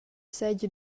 seigi